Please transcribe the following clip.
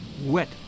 wet